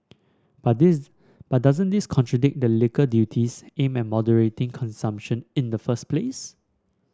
but but doesn't this contradict the liquor duties aimed at moderating consumption in the first place